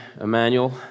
Emmanuel